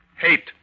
Hate